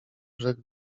brzeg